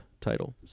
title